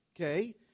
Okay